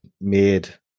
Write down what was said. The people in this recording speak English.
made